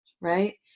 right